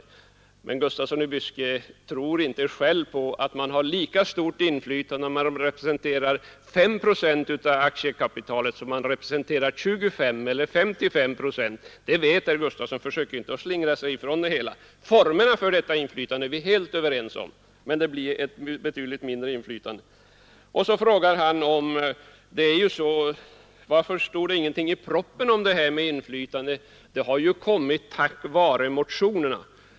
Men herr Gustafsson i Byske tror inte själv på att man har lika stort inflytande om man representerar 5 procent av aktiekapitalet som om man representerar 25 eller 55 procent. Det vet herr Gustafsson att man inte har. Försök inte slingra er undan! — Formerna för detta inflytande är vi helt överens om, men inflytandet blir betydligt mindre än ni vill göra gällande. Sedan frågar herr Gustafsson i Byske varför det inte står någonting i propositionen om inflytande och påstår att den frågan kommit upp tack vare motionerna.